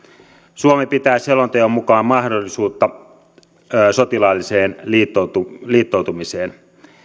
suomi pitää selonteon mukaan yllä mahdollisuutta sotilaalliseen liittoutumiseen liittoutumiseen